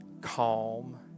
calm